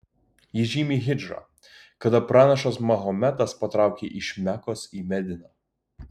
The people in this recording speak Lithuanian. ji žymi hidžrą kada pranašas mahometas patraukė iš mekos į mediną